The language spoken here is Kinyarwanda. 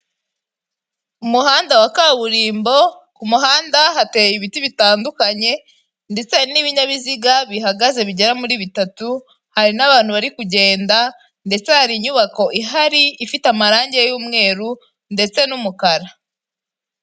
Umuhanda wa kaburimbo, ku muhanda hateye ibiti bitandukanye ndetse hari n'ibinyabiziga bihagaze bigera muri bitatu, hari n'abantu bari kugenda ndetse hari inyubako ihari, ifite amarangi y'umweru ndetse n'umukara.